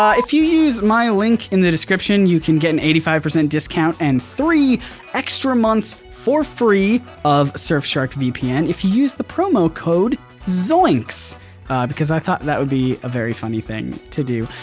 if you use my link in the description, you can get an eighty five percent discount and three extra months for free of surfshark vpn if you use the promo code zoinks because i thought that would be a very funny thing to do.